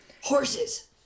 Horses